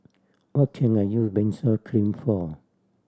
what can I use Benzac Cream for